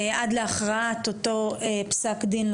עד להכרעת אותו פסק דין,